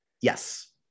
Yes